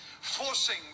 forcing